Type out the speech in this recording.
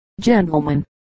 gentlemen